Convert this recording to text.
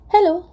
Hello